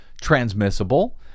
transmissible